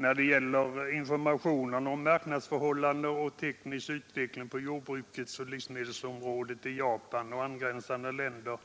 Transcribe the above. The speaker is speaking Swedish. När det gäller informationer om marknadsförhållanden och teknisk utveckling m.m. på jordbruksoch livsmedelsområdet i Japan och angränsande länder